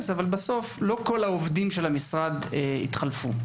אבל בסוף לא כל עובדי המשרד התחלפו.